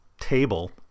table